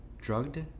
drugged